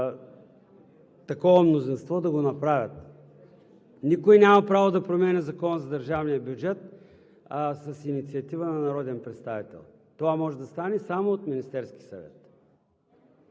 такова мнозинство, да го направят. Никой няма право да променя Закона за държавния бюджет с инициатива на народен представител. Това може да стане само от Министерския съвет.